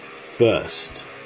First